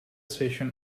station